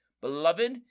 Beloved